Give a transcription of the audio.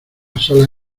sala